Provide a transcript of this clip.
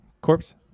Corpse